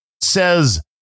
says